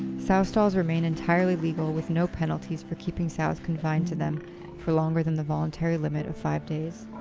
sow stalls remain entirely legal with no penalties for keeping sows confined to them for longer than the voluntary limit of five days.